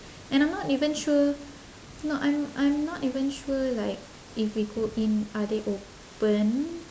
and I'm not even sure no I'm I'm not even sure like if we go in are they open